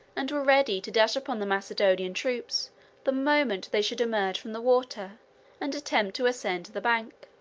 and were ready to dash upon the macedonian troops the moment they should emerge from the water and attempt to ascend the bank.